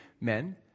men